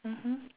mmhmm